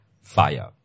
fire